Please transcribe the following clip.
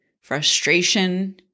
frustration